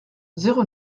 zéro